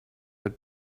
had